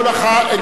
כל אחד עשר דקות?